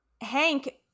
Hank